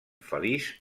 feliç